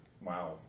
Wow